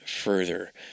further